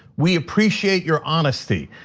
we appreciate your honesty.